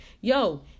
yo